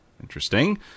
Interesting